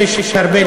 ויש הרבה,